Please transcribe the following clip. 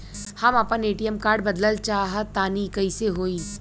हम आपन ATM card बदलल चाह तनि कइसे होई?